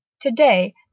Today